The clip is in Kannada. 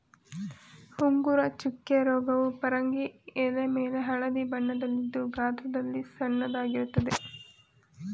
ಉಂಗುರ ಚುಕ್ಕೆ ರೋಗವು ಪರಂಗಿ ಎಲೆಮೇಲೆ ಹಳದಿ ಬಣ್ಣದಲ್ಲಿದ್ದು ಗಾತ್ರದಲ್ಲಿ ಸಣ್ಣದಾಗಿರ್ತದೆ